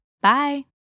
bye